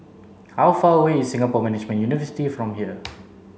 how far away is Singapore Management University from here